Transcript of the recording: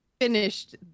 finished